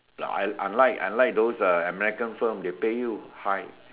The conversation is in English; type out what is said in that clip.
like unlike unlike those uh American film they pay you high